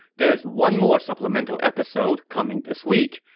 there is one more supplemental episode coming this week,